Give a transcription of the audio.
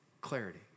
clarity